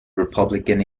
republican